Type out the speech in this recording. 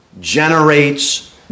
generates